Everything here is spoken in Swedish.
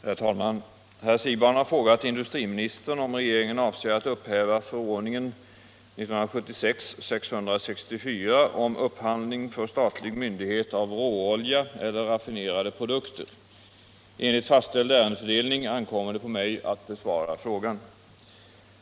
Herr talman! Herr Siegbahn har frågat industriministern om regeringen avser att upphäva förordningen om upphandling för statlig myndighet av råolja eller raffinerade produkter. Enligt fastställd ärendefördelning ankommer det på mig att besvara frågan.